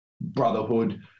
brotherhood